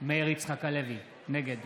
מאיר יצחק הלוי, נגד